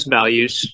values